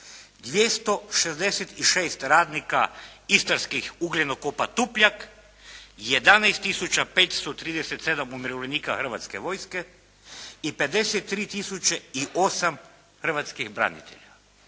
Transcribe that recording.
266 radnika istarskih ugljenokopa Tupjak, 11 tisuća 537 umirovljenika Hrvatske vojske i 53 tisuće i 8 hrvatskih branitelja.